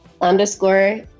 Underscore